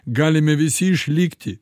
galime visi išlikti